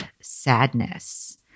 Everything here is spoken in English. sadness